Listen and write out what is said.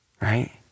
right